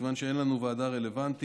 ומכיוון שאין לנו ועדה רלוונטית,